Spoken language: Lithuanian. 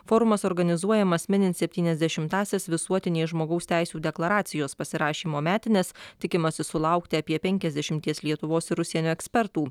forumas organizuojamas minint septyniasdešimtąsias visuotinės žmogaus teisių deklaracijos pasirašymo metines tikimasi sulaukti apie penkiasdiešimties lietuvos ir užsienio ekspertų